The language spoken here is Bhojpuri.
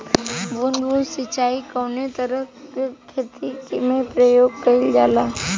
बूंद बूंद सिंचाई कवने तरह के खेती में प्रयोग कइलजाला?